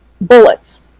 bullets